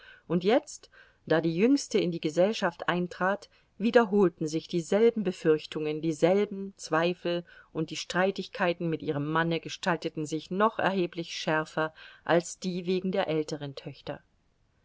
und jetzt da die jüngste in die gesellschaft eintrat wiederholten sich dieselben befürchtungen dieselben zweifel und die streitigkeiten mit ihrem manne gestalteten sich noch erheblich schärfer als die wegen der älteren töchter